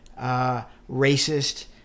racist